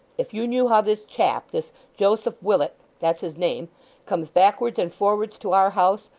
if you knew how this chap, this joseph willet that's his name comes backwards and forwards to our house,